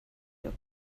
your